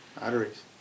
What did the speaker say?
arteries